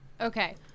Okay